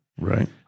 right